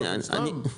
על עצמם?